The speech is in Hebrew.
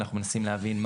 אנחנו מנסים להבין,